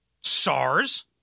SARS